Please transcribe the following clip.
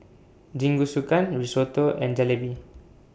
Jingisukan Risotto and Jalebi